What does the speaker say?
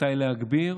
מתי להגביר,